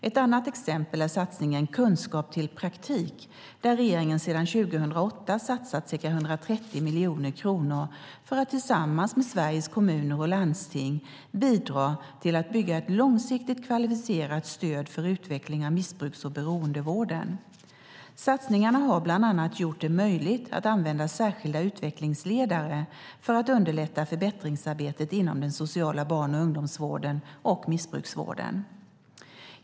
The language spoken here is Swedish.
Ett annat exempel är satsningen Kunskap till praktik där regeringen sedan 2008 satsat ca 130 miljoner kronor för att tillsammans med Sveriges Kommuner och Landsting bidra till att bygga ett långsiktigt kvalificerat stöd för utveckling av missbrukar och beroendevården. Satsningarna har bland annat gjort det möjligt att använda särskilda utvecklingsledare för att underlätta förbättringsarbetet inom den sociala barn och ungdomsvården och missbruksvården.